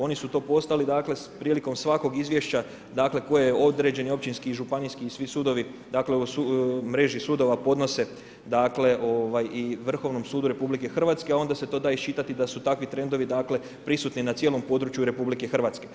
Oni su to postali prilikom svakog izvješća koji je određen i općinski i županijski i svi sudovi dakle mreži sudova podnose i Vrhovnom sudu RH, a onda se to da iščitati da su takvi trendovi prisutni na cijelom području RH.